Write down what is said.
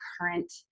current